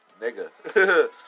nigga